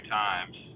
times